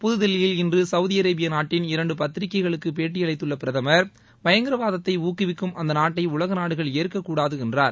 புதுதில்லியில் இன்று சவூதி அரேபிய நாட்டின் இரண்டு பத்திரிக்கைகளுக்கு பேட்டி அளித்துள்ள பிரதமர் பயங்கரவாதத்தை ஊக்குவிக்கும் அந்த நாட்டை உலக நாடுகள் ஏற்க கூடாது என்றார்